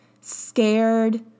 scared